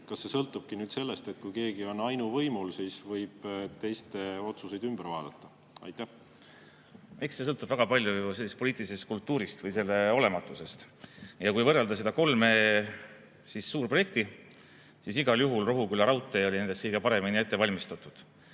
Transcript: Kas see sõltubki nüüd sellest, et kui keegi on ainuvõimul, siis võib teiste otsuseid ümber vaadata? Eks see sõltub väga palju poliitilisest kultuurist või selle olematusest. Kui võrrelda neid kolme suurprojekti, siis igal juhul Rohuküla raudtee oli nendest kõige paremini ette valmistatud.